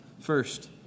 First